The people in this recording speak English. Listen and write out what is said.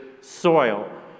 soil